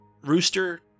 Rooster